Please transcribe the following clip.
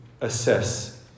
assess